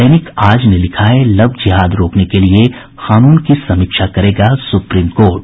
दैनिक आज ने लिखा है लव जिहाद रोकने के लिये कानून की समीक्षा करेगा सुप्रीम कोर्ट